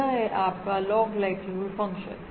यह है आपका लॉग लाइक्लीहुड फंक्शन